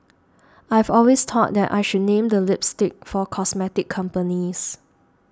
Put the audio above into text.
I've always thought that I should name the lipsticks for cosmetic companies